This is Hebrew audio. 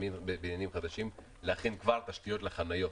בניינים חדשים להכין כבר תשתיות לחניות?